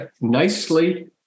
nicely